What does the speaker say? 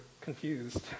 confused